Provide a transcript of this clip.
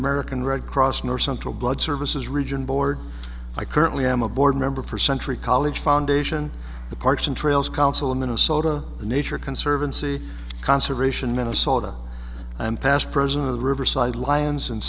american red cross north central blood services region board i currently am a board member for sentry college foundation the parchin trails council of minnesota the nature conservancy conservation minnesota and past president of the riverside lions and